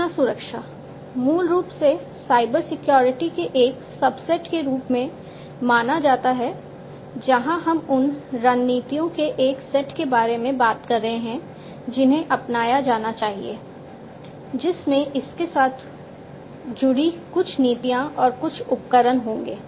सूचना सुरक्षा मूल रूप से साइबर सिक्योरिटी के एक सबसेट के रूप में माना जाता है जहां हम उन रणनीतियों के एक सेट के बारे में बात कर रहे हैं जिन्हें अपनाया जाना चाहिए जिसमें इसके साथ जुड़ी कुछ नीतियां और कुछ उपकरण होंगे